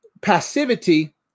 Passivity